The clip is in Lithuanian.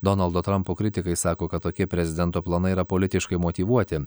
donaldo trampo kritikai sako kad tokie prezidento planai yra politiškai motyvuoti